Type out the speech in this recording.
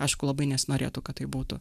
aišku labai nesinorėtų kad taip būtų